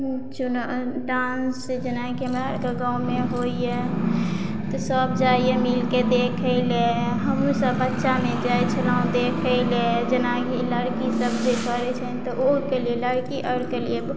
चुना डांस जेनाकि हमरा अरके गाँवमे होइए तऽ सब जाइए मिलके देखय लए हमहूँ सब बच्चामे जाइ छलहुँ देखय लए जेनाकि लड़की सब जे करइ छनि तऽ ओकरा लिये लड़की आओरके लिये